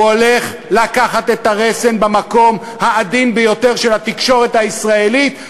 הוא הולך לקחת את הרסן במקום העדין ביותר של התקשורת הישראלית,